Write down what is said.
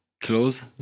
close